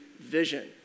vision